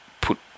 put